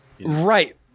Right